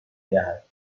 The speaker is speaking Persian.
دهد